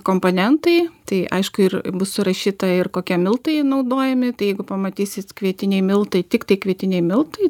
komponentai tai aišku ir bus surašyta ir kokie miltai naudojami tai jeigu pamatysit kvietiniai miltai tiktai kvietiniai miltai